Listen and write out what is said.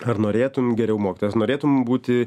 ar norėtum geriau mokytis ar norėtum būti